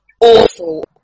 awful